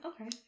Okay